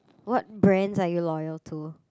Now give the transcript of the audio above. what brands are you loyal to